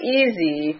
easy